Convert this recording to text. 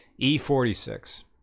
e46